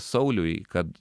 sauliui kad